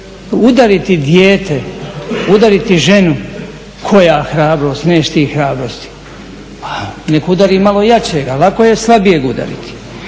Udariti dijete, udariti ženu koja hrabrost, neš ti hrabrosti. Nek udari malo jačega, lako je slabijeg udariti.